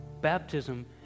Baptism